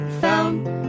found